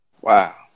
Wow